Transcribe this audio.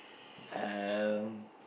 um